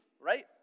right